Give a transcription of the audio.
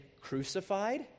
crucified